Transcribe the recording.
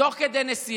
תוך כדי נסיעה